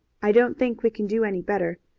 i don't think we can do any better.